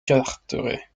carteret